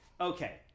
Okay